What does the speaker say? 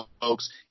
folks